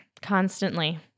constantly